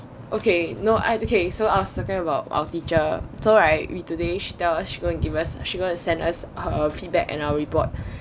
okay no okay I so I was talking about our teacher so right we today she tell us she going to give us she gonna to send us her feedback and our report